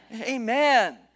Amen